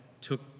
took